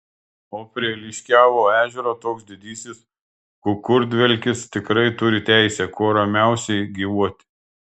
o prie liškiavio ežero toks didysis kukurdvelkis tikrai turi teisę kuo ramiausiai gyvuoti